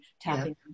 tapping